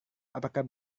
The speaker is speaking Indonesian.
apakah